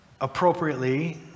appropriately